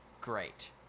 Great